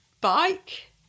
bike